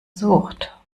sucht